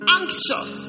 anxious